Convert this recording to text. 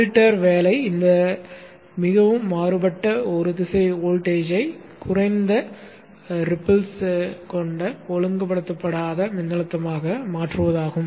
பில்டரின் வேலை இந்த மிகவும் மாறுபட்ட ஒரு திசை வோல்டேஜ்ஐ குறைந்த சிற்றலை ஒழுங்குபடுத்தப்படாத மின்னழுத்தமாக மாற்றுவதாகும்